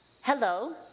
hello